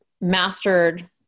mastered